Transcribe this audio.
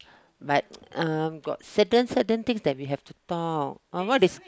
but uh got certain certain things that we have to talk ah what is